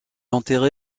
enterré